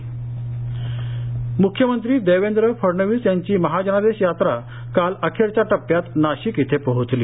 महाजनादेश नाशिक मुख्यमंत्री देवेंद्र फडणवीस यांची महाजनादेश यात्रा काल अखेरच्या टप्प्यात नाशिक इथे पोहोचली